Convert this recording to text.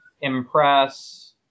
impress